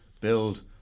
build